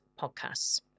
podcasts